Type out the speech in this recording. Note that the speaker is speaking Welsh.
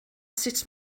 sut